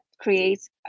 creates